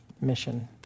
mission